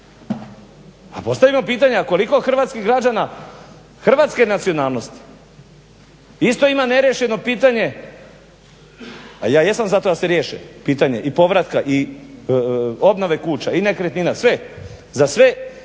A postavimo pitanje, a koliko hrvatskih građana hrvatske nacionalnosti isto ima neriješeno pitanje, a ja jesam za to da se riješe pitanje i povratka i obnove kuća i nekretnina sve, za sve